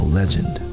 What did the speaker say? legend